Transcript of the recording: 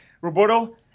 Roberto